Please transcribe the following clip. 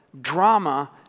Drama